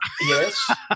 yes